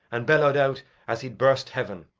and bellowed out as he'd burst heaven